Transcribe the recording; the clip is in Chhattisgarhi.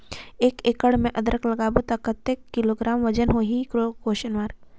एक एकड़ मे अदरक लगाबो त कतेक किलोग्राम वजन होही?